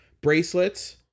bracelets